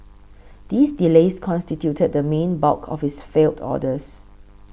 these delays constituted the main bulk of its failed orders